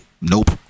nope